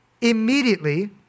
Immediately